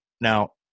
now